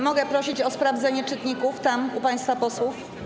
Mogę prosić o sprawdzenie czytników tam u państwa posłów?